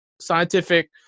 scientific